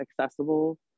accessible